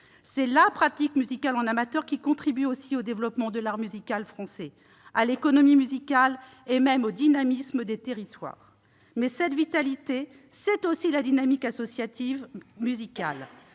La pratique musicale en amateur contribue aussi au développement de l'art musical français, à l'économie musicale et même au dynamisme des territoires. Mais cette vitalité tient également à la dynamique associative musicale.